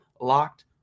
locked